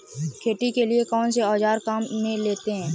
खेती के लिए कौनसे औज़ार काम में लेते हैं?